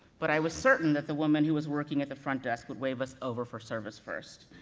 but i was certain that the woman who was working at the front desk would wave us over for service first.